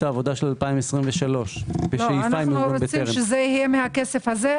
העבודה של 2023. אנחנו מבקשים שזה יהיה מהכסף הזה.